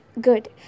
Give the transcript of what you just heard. good